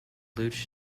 luc